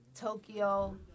Tokyo